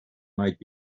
might